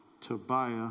Tobiah